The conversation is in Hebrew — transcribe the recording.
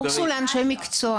הקורס הוא לאנשי מקצוע.